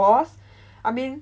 I mean